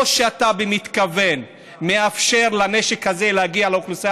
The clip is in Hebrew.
או שאתה במתכוון מאפשר לנשק הזה להגיע לאוכלוסייה